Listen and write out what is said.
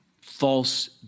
false